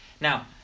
Now